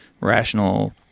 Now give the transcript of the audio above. rational